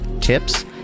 tips